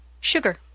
Sugar